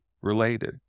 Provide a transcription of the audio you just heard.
related